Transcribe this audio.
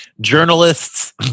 journalists